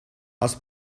els